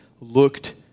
looked